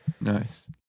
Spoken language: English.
nice